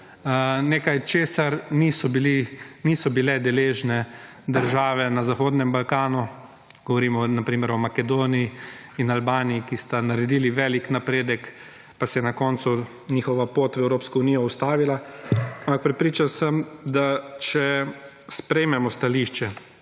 nekaj česar niso bile deležne države na Zahodnem Balkanu, govorimo na primer o Makedoniji in Albaniji, ki sta naredili velik napredek, pa se je na koncu njihova pot v Evropsko unijo ustavila. Ampak prepričan sem, da če sprejmemo stališče